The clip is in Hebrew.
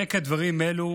ברקע דברים אלו